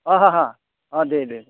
अ ह' ह' अ दे दे